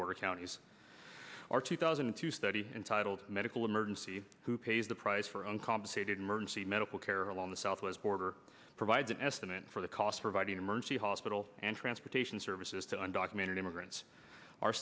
border counties or two thousand and two study entitled medical emergency who pays the price for uncompensated emergency medical care along the southwest border provides an estimate for the cost providing emergency hospital and transportation services to undemanding immigrants